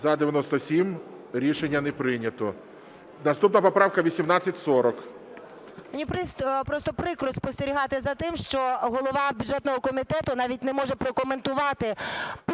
За-97 Рішення не прийнято. Наступна поправка 1840.